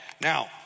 Now